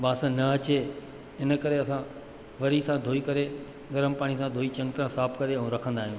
बांस न अचे इन करे असां वरी सां धुई करे गरम पाणी सां धुई चङी तरहं साफ़ करे ऐं रखंदा आहियूं